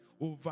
over